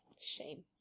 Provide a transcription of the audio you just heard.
Shame